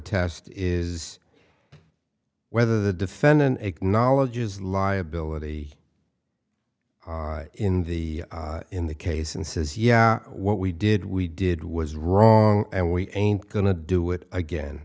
test is whether the defendant acknowledges liability in the in the case and says yeah what we did we did was wrong and we ain't going to do it again